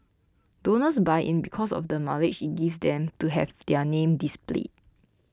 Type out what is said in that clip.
donors buy in because of the mileage it gives them to have their names displayed